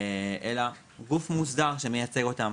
אלא גוף מוסדר שמייצג אותם.